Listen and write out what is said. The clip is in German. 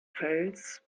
fels